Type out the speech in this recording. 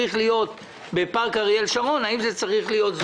בשאלה אם פארק אריאל שרון צריך להיות בדרך של